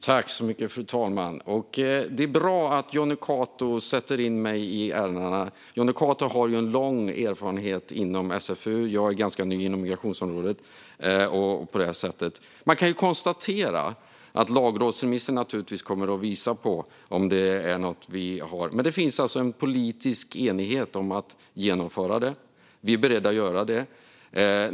Fru talman! Det är bra att Jonny Cato sätter in mig i ärendena. Jonny Cato har lång erfarenhet inom socialförsäkringsutskottet; jag är ganska ny inom migrationsområdet. Man kan ju konstatera att lagrådsremissen naturligtvis kommer att visa på om det är något vi behöver justera, men det finns alltså en politisk enighet om att genomföra det. Vi är beredda att göra det.